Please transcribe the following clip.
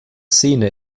szene